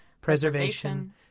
preservation